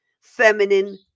feminine